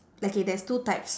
like K there's two types